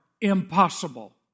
Impossible